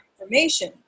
information